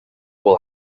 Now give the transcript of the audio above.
will